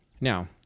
Now